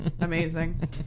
amazing